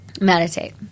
Meditate